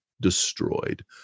destroyed